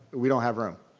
we don't have room.